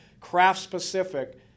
craft-specific